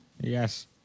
Yes